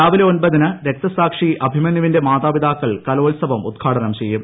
രാവിലെ ഒമ്പതിന് രക്തസാക്ഷി അഭിമന്യുവിന്റെ മാതാപിതാക്കൾ കലോൽസവം ഉദ്ഘാടനം ചെയ്യും